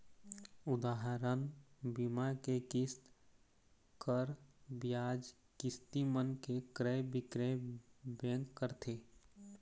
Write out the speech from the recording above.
उदाहरन, बीमा के किस्त, कर, बियाज, किस्ती मन के क्रय बिक्रय बेंक करथे